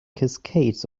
cascades